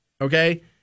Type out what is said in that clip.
okay